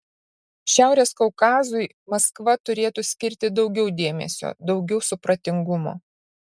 šiaurės kaukazui maskva turėtų skirti daugiau dėmesio daugiau supratingumo